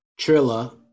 Trilla